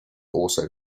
also